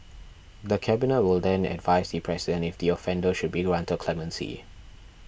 the Cabinet will then advise the President if the offender should be granted clemency